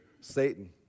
Satan